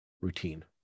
routine